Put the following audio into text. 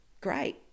great